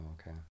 okay